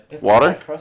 Water